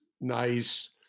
Nice